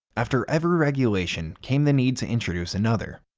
after every regulation came the need to introduce another.